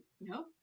no